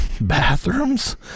bathrooms